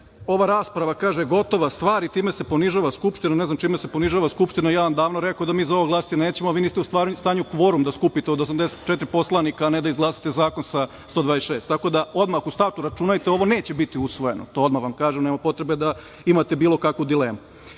ova rasprava, kaže, gotova stvar i time se ponižava Skupština. Ne znam čime se ponižava Skupština. Ja vam davno reko da mi za ovo glasati nećemo. Vi niste u stanju kvorum da skupite od 84 poslanika, a ne da izglasate zakon sa 126, tako da odmah u startu računajte ovo neće biti usvojeno. To odmah da vam kažem. Nema potrebe da imate bilo kakvu dilemu. Kaže,